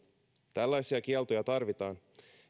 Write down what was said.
tällaisia kieltoja tarvitaan